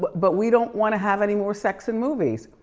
but but we don't wanna have any more sex in movies.